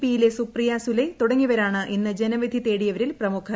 P യിലെ സുപ്രിയ സുലൈ തുടങ്ങിയവരാണ് ഇന്ന് ജനവിധി തേടിയവരിൽ പ്രമുഖർ